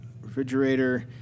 refrigerator